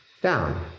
down